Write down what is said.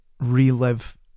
relive